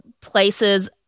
places